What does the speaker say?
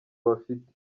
bafite